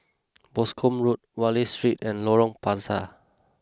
Boscombe Road Wallich Street and Lorong Panchar